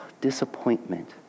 Disappointment